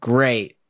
Great